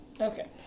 Okay